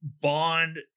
Bond